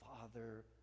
father